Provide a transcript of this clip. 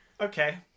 Okay